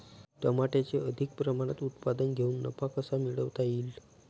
टमाट्याचे अधिक प्रमाणात उत्पादन घेऊन नफा कसा मिळवता येईल?